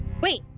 Wait